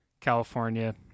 California